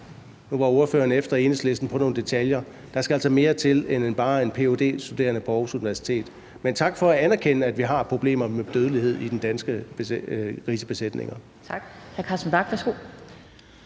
Nu var ordføreren efter Enhedslisten på nogle detaljer. Der skal altså mere til end bare en ph.d.-studerende på Aarhus Universitet. Men tak for at anerkende, at vi har problemer med dødelighed i danske grisebesætninger. Kl.